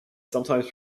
sometimes